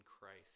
Christ